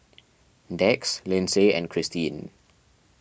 Dax Lyndsay and Christeen